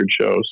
shows